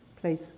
Please